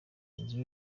mugenzi